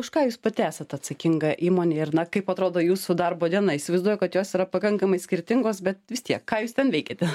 už ką jūs pati esat atsakinga įmonėj ir na kaip atrodo jūsų darbo diena įsivaizduoju kad jos yra pakankamai skirtingos bet vis tiek ką jūs ten veikiate